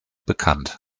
bekannt